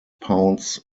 pounds